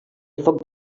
foc